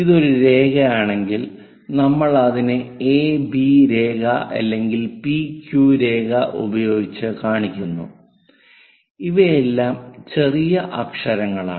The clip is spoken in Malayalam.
ഇത് ഒരു രേഖയാണെങ്കിൽ നമ്മൾ അതിനെ a b രേഖ അല്ലെങ്കിൽ p q രേഖ ഉപയോഗിച്ച് കാണിക്കുന്നു ഇവയെല്ലാം ചെറിയ അക്ഷരങ്ങളാണ്